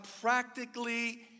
practically